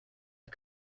are